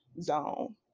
zone